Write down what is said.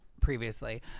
previously